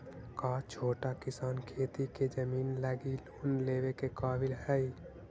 का छोटा किसान खेती के जमीन लगी लोन लेवे के काबिल हई?